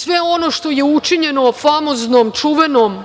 sve ono što je učinjeno famoznom, čuvenom